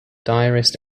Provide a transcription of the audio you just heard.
diarist